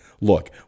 Look